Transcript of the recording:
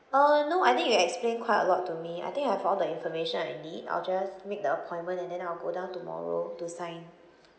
uh no I think you explained quite a lot to me I think I have all the information I need I'll just make the appointment and then I'll go down tomorrow to sign